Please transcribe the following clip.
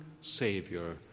Savior